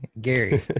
Gary